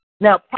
Now